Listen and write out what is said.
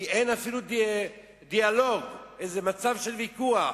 כי אין אפילו דיאלוג, איזה מצב של ויכוח.